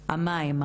המים,